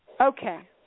Okay